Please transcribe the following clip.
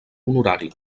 honorari